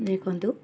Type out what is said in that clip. ଦେଖନ୍ତୁ